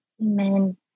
Amen